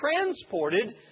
transported